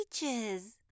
beaches